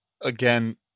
again